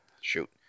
shoot